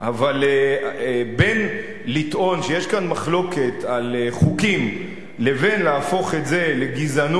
אבל בין לטעון שיש כאן מחלוקת על חוקים לבין להפוך את זה לגזענות,